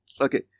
Okay